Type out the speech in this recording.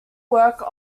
work